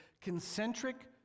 concentric